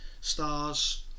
Stars